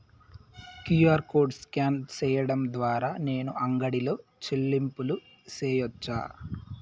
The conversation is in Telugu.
క్యు.ఆర్ కోడ్ స్కాన్ సేయడం ద్వారా నేను అంగడి లో చెల్లింపులు సేయొచ్చా?